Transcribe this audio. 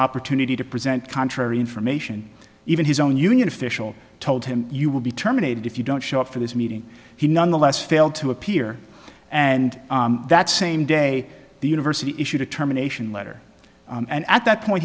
opportunity to present contrary information even his own union official told him you will be terminated if you don't show up for this meeting he nonetheless failed to appear and that same day the university issue determination letter and at that point